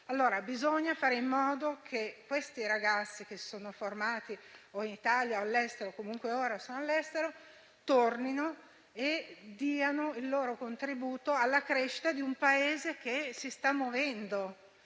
Paese. Bisogna fare in modo che quei ragazzi che si sono formati in Italia o all'estero, ma che comunque ora sono all'estero, tornino e diano il loro contributo alla crescita di un Paese che si sta muovendo,